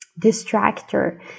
distractor